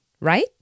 right